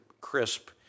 crisp